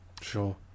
Sure